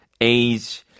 age